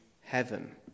heaven